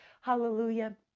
Hallelujah